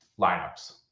lineups